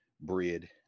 bread